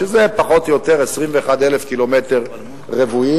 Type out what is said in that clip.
שזה פחות או יותר 21,000 קילומטרים רבועים,